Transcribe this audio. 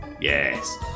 Yes